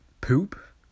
poop